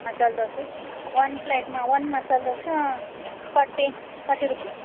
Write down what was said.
ಮಸಾಲೆ dosa one plate ಮ one masala dosa forty forty rupee